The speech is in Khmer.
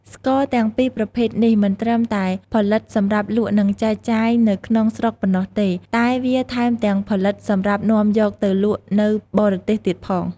ស្ករទាំងពីរប្រភេទនេះមិនតឹមតែផលិតសម្រាប់លក់និងចែកចាយនៅក្នុងស្រុកប៉ុណ្ណោះទេ តែវាថែមទាំងផលិតសម្រាប់នាំយកទៅលក់នៅបរទេសទៀតផង។